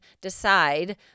decide